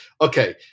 okay